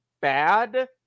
bad